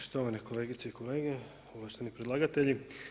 Štovane kolegice i kolege, ovlašteni predlagatelji.